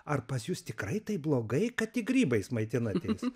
ar pas jus tikrai taip blogai kad tik grybais maitinatės